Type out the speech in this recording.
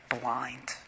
blind